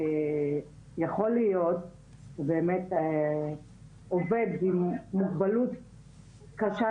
יכול להיות שבאמת עובד עם מוגבלות קשה,